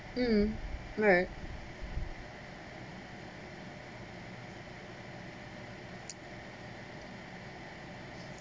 mm right